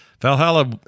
Valhalla